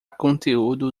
conteúdo